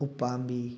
ꯎꯄꯥꯝꯕꯤ